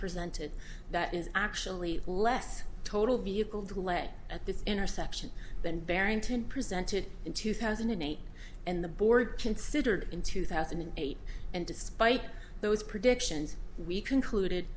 presented that is actually less total vehicle delay at this intersection than barrington presented in two thousand and eight and the board considered in two thousand and eight and despite those predictions we concluded